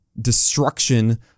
destruction